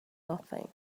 nothing